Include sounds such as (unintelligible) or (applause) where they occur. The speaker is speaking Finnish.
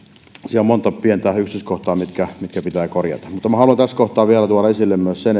on monta pientä yksityiskohtaa mitkä pitää korjata minä haluan tässä kohtaa vielä tuoda esille myös sen (unintelligible)